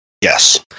Yes